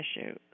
issue